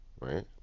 right